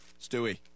Stewie